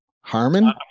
Harmon